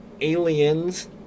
Aliens